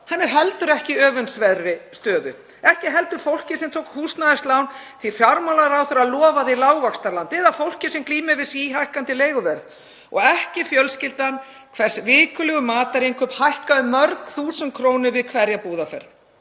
hann er heldur ekki í öfundsverðri stöðu, ekki heldur fólkið sem tók húsnæðislán því fjármálaráðherra lofaði lágvaxtalandið, ekki heldur fólkið sem glímir við síhækkandi leiguverð og ekki fjölskyldan hverrar vikulegu matarinnkaup hækka um mörg þúsund krónur við hverja búðarferð.